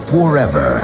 Forever